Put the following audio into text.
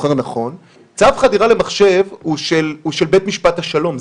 צו חדירה למחשב הוא של בית משפט השלום,